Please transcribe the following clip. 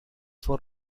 for